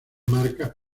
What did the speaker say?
marcas